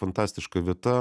fantastiška vieta